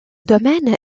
domaine